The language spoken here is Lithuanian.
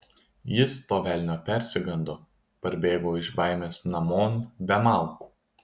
jis to velnio persigando parbėgo iš baimės namon be malkų